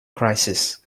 crisis